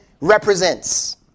represents